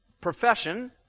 profession